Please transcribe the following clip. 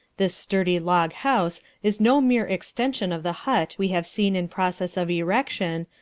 this sturdy log-house is no mere extension of the hut we have seen in process of erection,